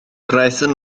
gwnaethon